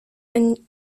and